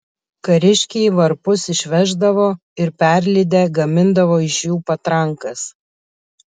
kariškiai varpus išveždavo ir perlydę gamindavo iš jų patrankas